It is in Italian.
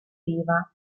riva